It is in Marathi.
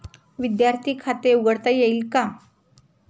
विद्यार्थी खाते उघडता येईल का?